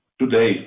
Today